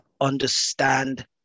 understand